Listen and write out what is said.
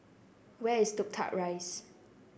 where is Toh Tuck Rise